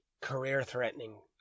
career-threatening